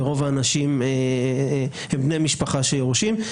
ורוב האנשים הם בני משפחה שיורשים.